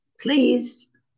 please